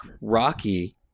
Rocky